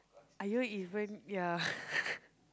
are you even ya